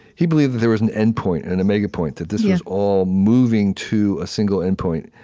he believed that there was an endpoint an omega-point that this was all moving to a single endpoint.